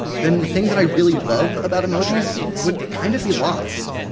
then the thing that i really love about emojis, would kind of be lost.